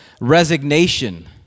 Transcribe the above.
resignation